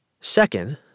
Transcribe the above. Second